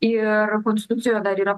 ir konstitucijoje dar yra